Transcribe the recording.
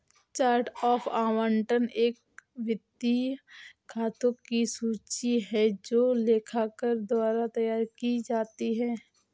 chart of account एक वित्तीय खातों की सूची है जो लेखाकार द्वारा तैयार की जाती है